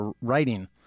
writing